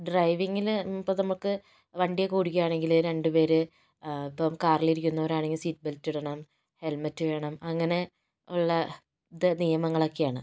ഡ്രൈവിങ്ങില് ഇപ്പം നമുക്ക് വണ്ടി ഒക്കെ ഓടിക്കുക ആണെങ്കില് രണ്ട് പേരെ ഇപ്പം കാറില് ഇരിക്കുന്നവരാണെങ്കില് സീറ്റ് ബെൽറ്റ് ഇടണം ഹെൽമെറ്റ് വേണം അങ്ങനെ ഉള്ള ദ നിയമങ്ങളൊക്കെ ആണ്